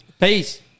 Peace